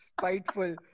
Spiteful